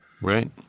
Right